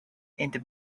into